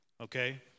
okay